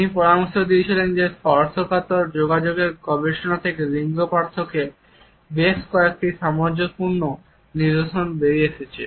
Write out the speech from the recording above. তিনি পরামর্শ দিয়েছেন যে স্পর্শকাতর যোগাযোগের গবেষণা থেকে লিঙ্গ পার্থক্যের বেশ কয়েকটি সামঞ্জস্যপূর্ণ নিদর্শন বেরিয়ে এসেছে